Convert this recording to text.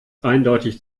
eindeutig